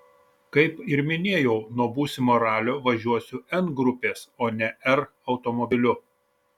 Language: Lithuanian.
kaip ir minėjau nuo būsimo ralio važiuosiu n grupės o ne r automobiliu